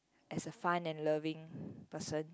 as a fun and loving person